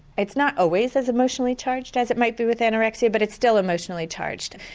it's not always as emotionally charged as it might be with anorexia but it's still emotionally charged.